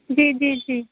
جی جی جی